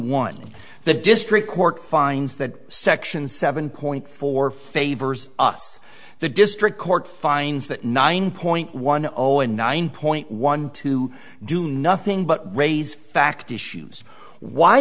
one the district court finds that section seven point four favors us the district court finds that nine point one zero and nine point one two do nothing but raise fact issues why